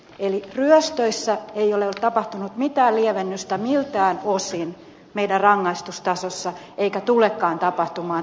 eli ryöstöissä ei ole tapahtunut mitään lievennystä miltään osin meidän rangaistustasossa eikä tulekaan tapahtumaan tietenkään